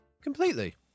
Completely